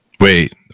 Wait